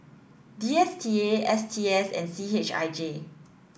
D S T A S T S and C H I J